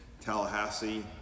Tallahassee